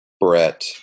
Brett